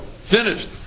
finished